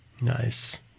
Nice